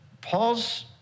Paul's